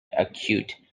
acute